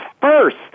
first